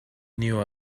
knew